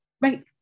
Right